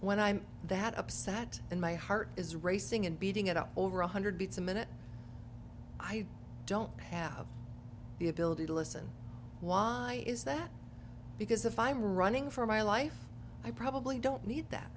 when i'm that upset and my heart is racing and beating it up over one hundred beats a minute i don't have the ability to listen why is that because if i'm running for my life i probably don't need that